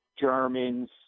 Germans